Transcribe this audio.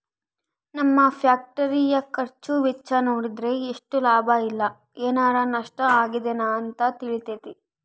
ನಮ್ಮ ಫ್ಯಾಕ್ಟರಿಯ ಖರ್ಚು ವೆಚ್ಚ ನೋಡಿದ್ರೆ ಎಷ್ಟು ಲಾಭ ಇಲ್ಲ ಏನಾರಾ ನಷ್ಟ ಆಗಿದೆನ ಅಂತ ತಿಳಿತತೆ